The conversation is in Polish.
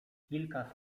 kilka